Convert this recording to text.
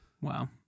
Wow